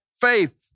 faith